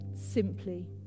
simply